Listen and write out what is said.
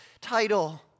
title